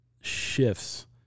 shifts